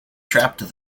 trapped